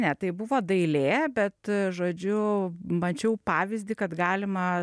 ne tai buvo dailė bet žodžiu mačiau pavyzdį kad galima